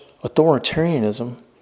authoritarianism